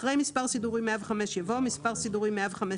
אחרי מספר סידורי 105 יבוא: מספרמספרפירוט